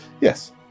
Yes